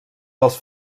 dels